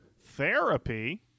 Therapy